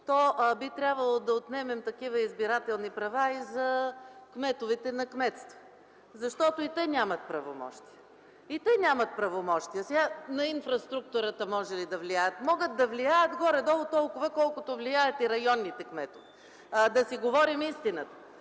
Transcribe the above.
то би трябвало да отнемем такива избирателни права и на кметовете на кметства, защото и те нямат правомощия. Могли да влияят на инфраструктурата. Могат да влияят горе-долу толкова, колкото влияят и районните кметове. Да си говорим истината.